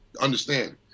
understand